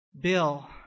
Bill